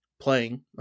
playing